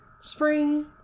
spring